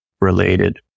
related